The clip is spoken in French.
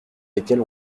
lesquels